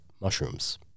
mushrooms